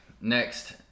Next